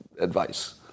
advice